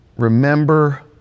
Remember